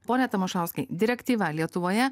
pone tamošauskai direktyva lietuvoje